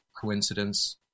coincidence